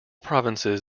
provinces